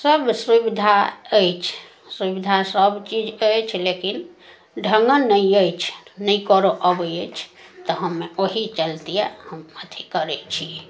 सब सुविधा अछि सुविधा सब चीज अछि लेकिन ढङ्गर नहि अछि नहि करऽ अबै अछि तऽ हम ओहि चलते हम अथी करै छी